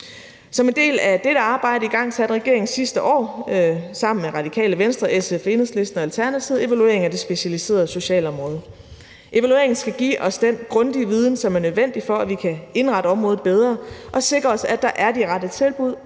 Som en del af dette arbejde igangsatte regeringen sidste år sammen med Radikale Venstre, SF, Enhedslisten og Alternativet evalueringen af det specialiserede socialområde. Evalueringen skal give os den grundige viden, som er nødvendig, for at vi kan indrette området bedre og sikre os, at der er de rette tilbud